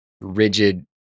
rigid